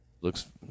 looks